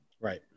Right